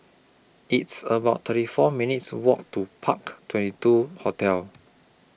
It's about thirty four minutes' Walk to Park twenty two Hotel